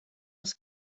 was